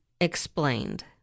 Explained